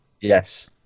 Yes